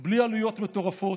בלי עלויות מטורפות.